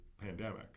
pandemic